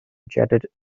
jetted